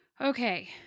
Okay